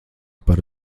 par